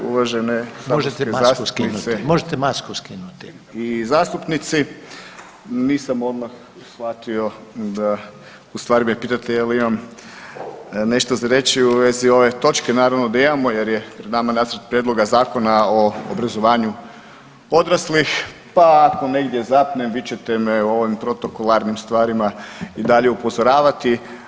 Uvažene saborske zastupnice [[Upadica: Možete masku skinuti, možete masku skinuti.]] i zastupnici, nisam odmah shvatio da u stvari me pitate jel imam nešto za reći u vezi ove točke, naravno da imamo jer je nama Nacrt prijedloga Zakona o obrazovanju odraslih, pa ako negdje zapnem vi ćete me o ovim protokolarnim stvarima i dalje upozoravati.